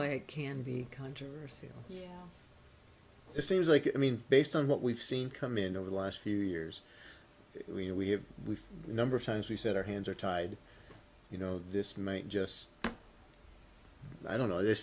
it can be controversy it seems like i mean based on what we've seen come in over the last few years we're we have we number of times we said our hands are tied you know this might just i don't know th